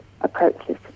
approaches